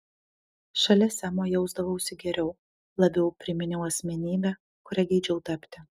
šalia semo jausdavausi geriau labiau priminiau asmenybę kuria geidžiau tapti